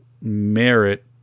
merit